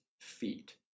feet